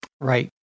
Right